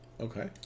Okay